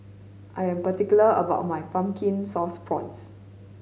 I am particular about my Pumpkin Sauce Prawns